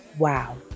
Wow